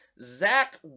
Zach